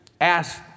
ask